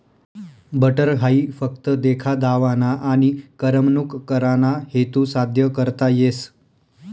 butter हाई फक्त देखा दावाना आनी करमणूक कराना हेतू साद्य करता येस